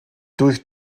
durch